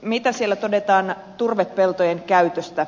mitä siellä todetaan turvepeltojen käytöstä